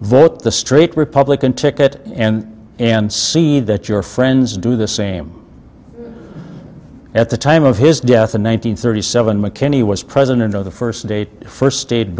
vote the straight republican ticket and and see that your friends do the same at the time of his death in one thousand thirty seven mckinney was president of the first date first sta